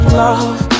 love